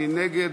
מי נגד?